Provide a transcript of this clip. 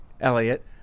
Elliot